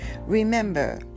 Remember